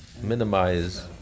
minimize